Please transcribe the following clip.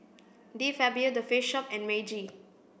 De Fabio The Face Shop and Meiji